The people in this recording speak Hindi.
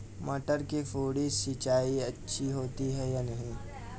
मटर में फुहरी सिंचाई अच्छी होती है या नहीं?